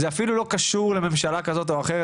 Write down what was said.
זה אפילו לא קשור לממשלה כזאת או אחרת,